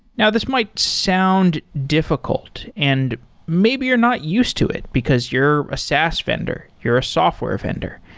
now, this might sound difficult and maybe you're not used to it because you're a saas vendor. you're a software vendor,